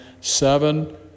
seven